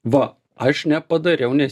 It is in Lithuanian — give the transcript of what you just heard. va aš nepadariau nes